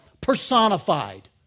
personified